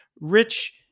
Rich